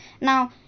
now